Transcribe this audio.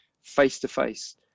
face-to-face